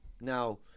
Now